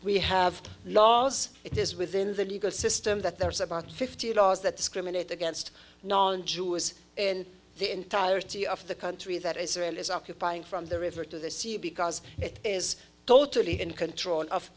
we have laws it is within the legal system that there is about fifty laws that discriminate against non jews in the entirety of the country that israel is occupying from the river to the sea because it is totally in control of